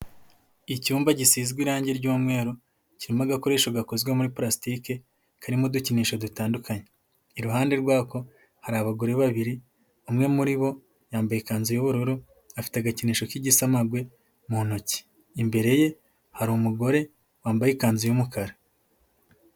Icyumba gisizwe irangi ry'umweru, kirimo agakoresho gakozwe muri purasitike, karimo udukinisho dutandukanye. Iruhande rwako hari abagore babiri, umwe muri bo yambaye ikanzu y'ubururu, afite agakinisho k'igisamagwe mu ntoki, imbere ye hari umugore wambaye ikanzu y'umukara.